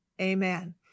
amen